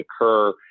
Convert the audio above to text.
occur